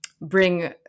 bring